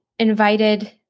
invited